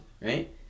right